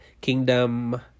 Kingdom